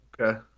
okay